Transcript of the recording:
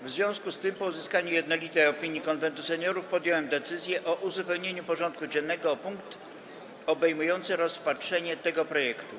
W związku z tym, po uzyskaniu jednolitej opinii Konwentu Seniorów, podjąłem decyzję o uzupełnieniu porządku dziennego o punkt obejmujący rozpatrzenie tego projektu.